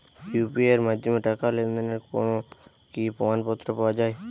UPI এর মাধ্যমে টাকা লেনদেনের কোন কি প্রমাণপত্র পাওয়া য়ায়?